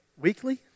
weekly